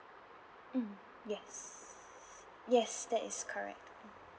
mm yes yes that is correct